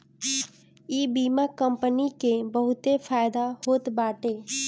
इ बीमा कंपनी के बहुते फायदा होत बाटे